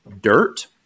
dirt